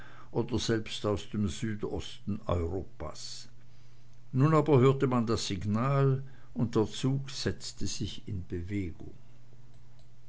oder selbst aus dem südosten europas nun aber hörte man das signal und der zug setzte sich in bewegung